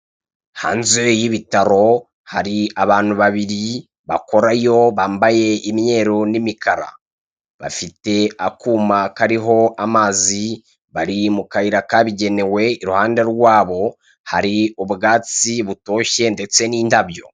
Hanze y'ibitaro hari abantu babiri bakorayo bambaye imyeru n'imikara. Bafite akuma kariho amazi bari mu kayira kabigenewe, i ruhande rwabo hari ubwatsi butoshye ndetse n'indabyo.